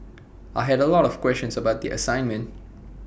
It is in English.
I had A lot of questions about the assignment